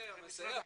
עוזר, מסייע.